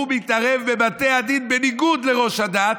הוא מתערב בבתי הדין בניגוד לראש הדת,